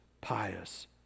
pious